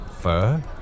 fur